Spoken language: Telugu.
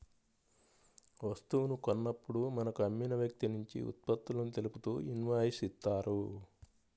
వస్తువు కొన్నప్పుడు మనకు అమ్మిన వ్యక్తినుంచి ఉత్పత్తులను తెలుపుతూ ఇన్వాయిస్ ఇత్తారు